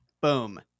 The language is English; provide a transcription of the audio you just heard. Boom